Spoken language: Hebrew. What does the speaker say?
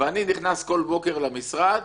ואני נכנס כל בוקר למשרד,